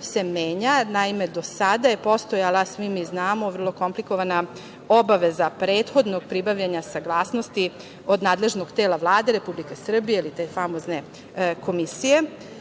se menja. Naime, do sada je postojala, svi mi znamo, vrlo komplikovana obaveza prethodnog pribavljanja saglasnosti od nadležnog tela Vlade Republike Srbije ili te famozne komisije,